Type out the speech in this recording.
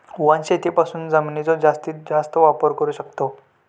वनशेतीपासून जमिनीचो जास्तीस जास्त वापर करू शकताव